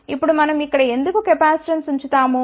ఇప్పుడు మనం ఇక్కడ ఎందుకు కెపాసిటెన్స్ ఉంచుతాము